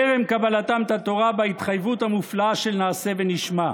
טרם קבלתם את התורה בהתחייבות המופלאה של "נעשה ונשמע".